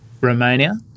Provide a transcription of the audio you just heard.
Romania